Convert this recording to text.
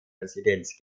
residenz